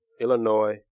Illinois